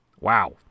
wow